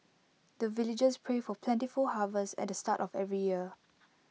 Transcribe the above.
the villagers pray for plentiful harvest at the start of every year